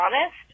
honest